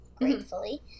Gratefully